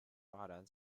发展